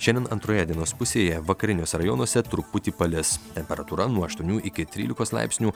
šiandien antroje dienos pusėje vakariniuose rajonuose truputį palis temperatūra nuo aštuonių iki trylikos laipsnių